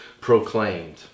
proclaimed